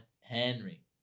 Henry